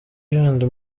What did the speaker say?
yandi